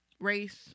race